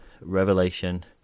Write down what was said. revelation